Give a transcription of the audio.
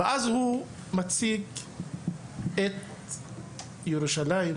המדריך את הציג את ירושלים,